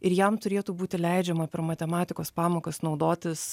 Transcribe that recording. ir jam turėtų būti leidžiama per matematikos pamokas naudotis